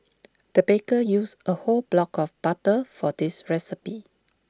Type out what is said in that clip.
the baker used A whole block of butter for this recipe